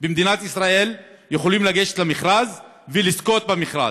במדינת ישראל יכולים לגשת למכרז ולזכות במכרז,